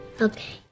Okay